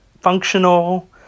functional